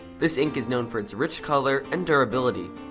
this ink is known for its rich color and durability.